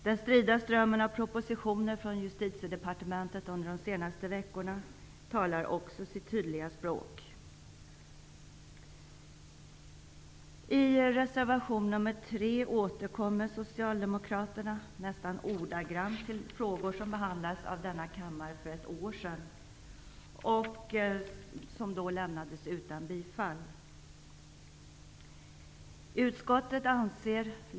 Den strida strömmen av propositioner från Justitiedepartementet under de senaste veckorna talar också sitt tydliga språk. I reservation 3 återkommer socialdemokraterna nästan ordagrant till frågor som behandlades av denna kammare för ett år sedan och som då lämnades utan bifall.